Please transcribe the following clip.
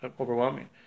overwhelming